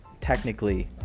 technically